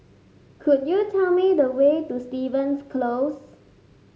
could you tell me the way to Stevens Close